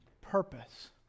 purpose